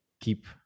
keep